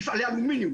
מפעלי אלומיניום,